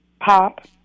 pop